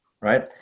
right